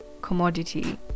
Commodity